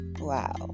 wow